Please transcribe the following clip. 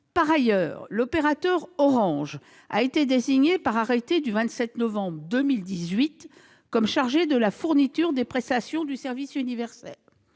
Par ailleurs, l'opérateur Orange a été désigné par arrêté du 27 novembre 2018 comme chargé de la fourniture des prestations de service universel.